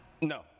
No